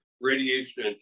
radiation